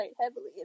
heavily